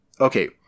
okay